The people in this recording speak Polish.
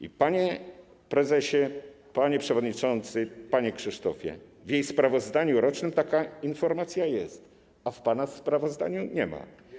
I, panie prezesie, panie przewodniczący, panie Krzysztofie, w jej sprawozdaniu rocznym taka informacja jest, a w pana sprawozdaniu nie ma.